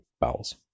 bowels